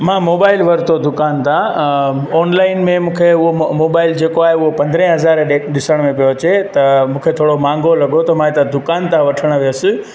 मां मोबाइल वरितो दुकान था ऑनलाइन में मूंखे उहो मोबाइल जेको आहे उहो पंद्रहें हज़ारे ॾिसण में पियो अचे त मूंखे थोरो महांगो लॻो त मां हितां दुकान था वठण वियुसि